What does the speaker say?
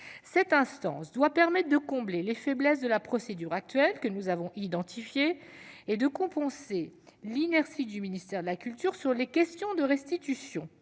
Cette instance doit permettre de combler les faiblesses de la procédure actuelle, que nous avons identifiées, et de compenser l'inertie du ministère de la culture sur les questions de restitution.